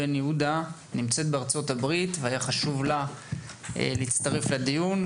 היא נמצאת בארצות הברית והיה חשוב לה להצטרף לדיון.